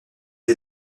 des